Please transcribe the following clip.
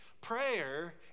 Prayer